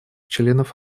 членов